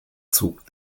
zog